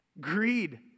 Greed